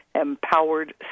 empowered